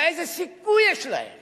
אבל איזה סיכוי יש להם